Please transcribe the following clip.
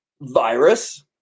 virus